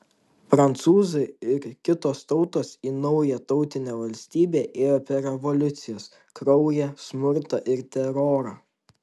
prancūzai ir kitos tautos į naują tautinę valstybę ėjo per revoliucijas kraują smurtą ir terorą